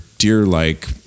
deer-like